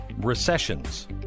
recessions